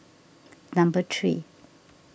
number three